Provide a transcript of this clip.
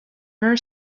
her